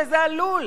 וזה עלול,